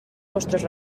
vostres